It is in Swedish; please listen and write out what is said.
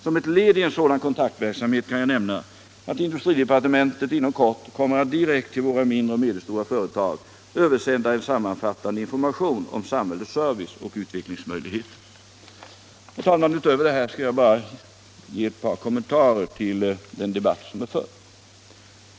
Som ett led i en sådan kontaktverksamhet kan jag nämna att industridepartementet inom kort kommer att direkt till våra mindre och medelstora företag översända en sammanfattande information om samhällets serviceoch utvecklingsmöjligheter. Herr talman! Utöver vad jag nu har sagt vill jag göra några kommentarer till den debatt som har förts.